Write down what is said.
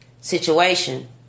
situation